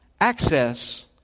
access